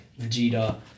Vegeta